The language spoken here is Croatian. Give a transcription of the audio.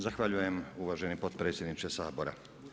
Zahvaljujem uvaženi potpredsjedniče Sabora.